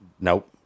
nope